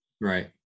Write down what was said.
Right